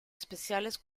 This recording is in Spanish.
especiales